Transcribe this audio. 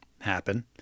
happen